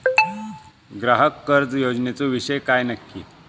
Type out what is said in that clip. ग्राहक कर्ज योजनेचो विषय काय नक्की?